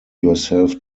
yourself